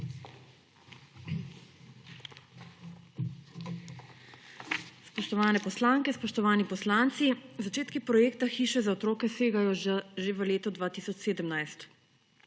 Spoštovane poslanke, spoštovani poslanci! Začetki projekta hiša za otroke segajo že v leto 2017.